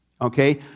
Okay